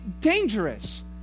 dangerous